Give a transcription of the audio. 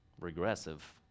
regressive